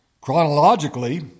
Chronologically